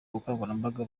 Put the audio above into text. ubukangurambaga